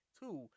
two